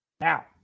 Now